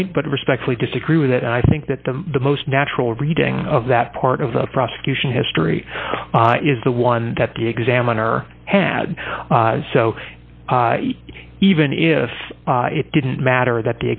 point but respectfully disagree with that and i think that the the most natural reading of that part of the prosecution history is the one that the examiner had so even if it didn't matter that